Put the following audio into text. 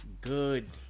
good